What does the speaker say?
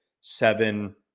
seven